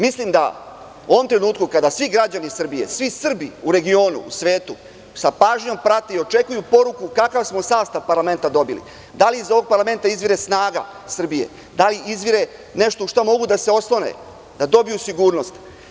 Mislim da u ovom trenutku, kada svi građani Srbije, svi Srbi u regionu i svetu sa pažnjom prate i očekuju poruku kakav smo sastav parlamenta dobili, da li iz ovog parlamenta izvire snaga Srbije, da li izvire nešto na šta mogu da se oslone, da dobiju sigurnost.